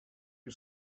who